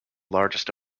largest